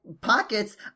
pockets